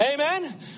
Amen